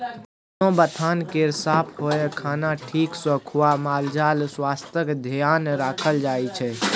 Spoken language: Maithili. कोनो बथान केर साफ होएब, खाना ठीक सँ खुआ मालजालक स्वास्थ्यक धेआन राखल जाइ छै